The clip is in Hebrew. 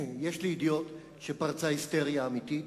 יש לי ידיעות שפרצה היסטריה אמיתית